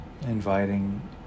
inviting